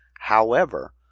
however,